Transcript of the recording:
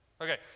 Okay